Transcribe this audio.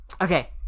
Okay